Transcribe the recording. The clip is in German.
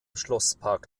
schlosspark